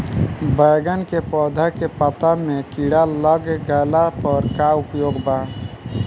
बैगन के पौधा के पत्ता मे कीड़ा लाग गैला पर का उपाय बा?